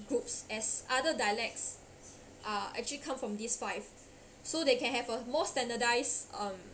groups as other dialects are actually come from these five so they can have a more standardized um